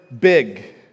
big